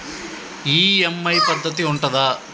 EMI పద్ధతి ఉంటదా?